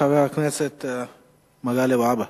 חבר הכנסת מגלי והבה.